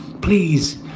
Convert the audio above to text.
please